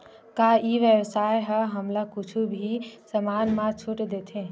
का ई व्यवसाय ह हमला कुछु भी समान मा छुट देथे?